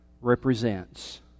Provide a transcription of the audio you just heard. represents